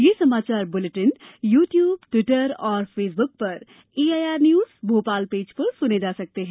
ये समाचार bulletin YouTube Twitter और फेसबुक पर एआईआर न्यूज भोपाल पेज पर सुने जा सकते हैं